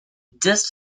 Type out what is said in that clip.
just